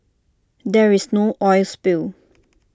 there is no oil spill